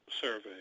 survey